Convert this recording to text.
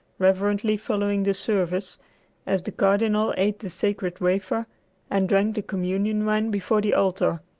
reverently following the service as the cardinal ate the sacred wafer and drank the communion wine before the altar.